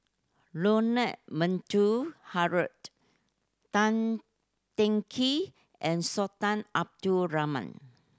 Leonard Harrod Tan Teng Kee and Sultan Abdul Rahman